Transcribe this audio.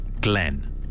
Glenn